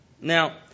Now